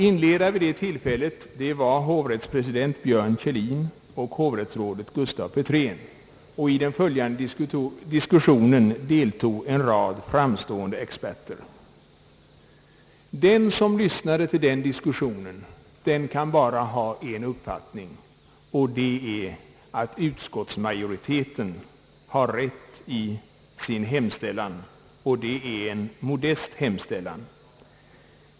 Inledare vid det tillfället var hovrättspresident Björn Kjellin och hovrättsrådet Gustaf Petrén. I den följande diskussionen deltog en rad framstående experter. Den som lyssnade på den diskussionen kan bara ha en uppfattning, nämligen att utskottsmajoriteten har rätt i sin hemställan — och det är en mo dest hemställan.